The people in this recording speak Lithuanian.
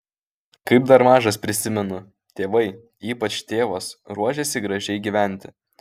kaip dar mažas prisimenu tėvai ypač tėvas ruošėsi gražiai gyventi